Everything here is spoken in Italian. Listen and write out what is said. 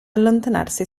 allontanarsi